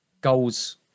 goals